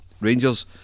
Rangers